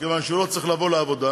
מכיוון שהוא לא צריך לבוא לעבודה,